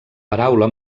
paraula